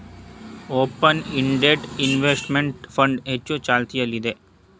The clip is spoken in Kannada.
ಓಪನ್ ಇಂಡೆಡ್ ಇನ್ವೆಸ್ತ್ಮೆಂಟ್ ಫಂಡ್ ಹೆಚ್ಚು ಚಾಲ್ತಿಯಲ್ಲಿದೆ